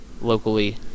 locally